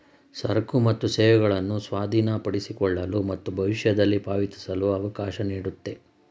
ಸರಕು ಮತ್ತು ಸೇವೆಗಳನ್ನು ಸ್ವಾಧೀನಪಡಿಸಿಕೊಳ್ಳಲು ಮತ್ತು ಭವಿಷ್ಯದಲ್ಲಿ ಪಾವತಿಸಲು ಅವಕಾಶ ನೀಡುತ್ತೆ